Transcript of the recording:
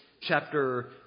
chapter